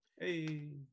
Hey